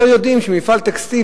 יותר יודעים שמפעל טקסטיל,